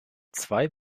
zwei